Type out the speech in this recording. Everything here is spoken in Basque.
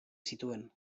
zituen